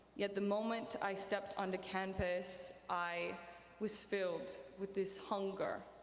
yet, the moment i stepped on the campus i was filled with this hunger,